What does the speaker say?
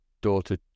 daughter